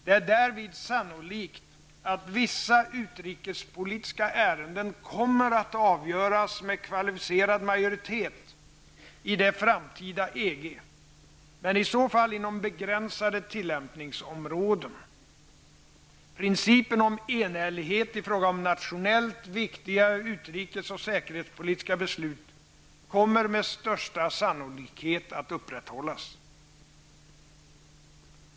Det är därvid sannolikt, att vissa utrikespolitiska ärenden kommer att avgöras med kvalificerad majoritet i det framtida EG, men i så fall inom begränsade tillämpningsområden. Principen om enhällighet i fråga om nationellt viktiga utrikes och säkerhetspolitiska beslut kommer med största sannolikhet att upprätthållas.